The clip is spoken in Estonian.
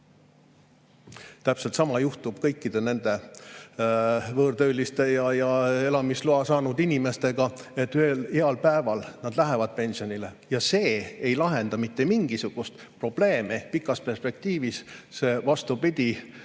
Täpselt sama juhtub kõikide nende võõrtööliste ja elamisloa saanud inimestega. Ühel heal päeval nad lähevad pensionile ja see ei lahenda mitte mingisugust probleemi. Pikas perspektiivis see vastupidi